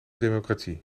democratie